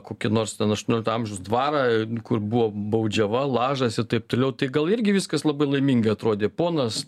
kokį nors ten aštuoniolikto amžiaus dvarą kur buvo baudžiava lažas ir taip toliau tai gal irgi viskas labai laimingai atrodė ponas